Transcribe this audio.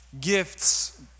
Gifts